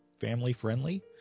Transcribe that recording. family-friendly